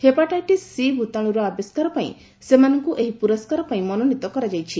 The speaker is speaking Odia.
ହେପାଟାଇଟିସ୍ ସି' ଭୂତାଣୁର ଆବିଷ୍କାର ପାଇଁ ସେମାନଙ୍କୁ ଏହି ପୁରସ୍କାର ପାଇଁ ମନୋନୀତ କରାଯାଇଛି